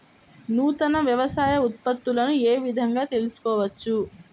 నూతన వ్యవసాయ ఉత్పత్తులను ఏ విధంగా తెలుసుకోవచ్చు?